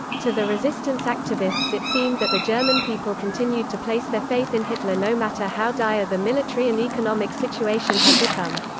to the resistance activists it seemed that the german people continued to place their faith in hitler no matter how dire the military and economic situation had become.